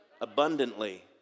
Abundantly